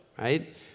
right